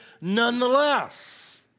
nonetheless